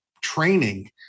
training